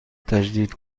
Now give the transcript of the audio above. تجدید